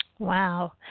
Wow